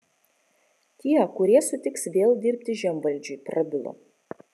tie kurie sutiks vėl dirbti žemvaldžiui prabilo